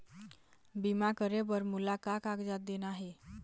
बीमा करे बर मोला का कागजात देना हे?